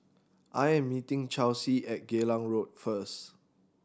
I am meeting Chelsie at Geylang Road first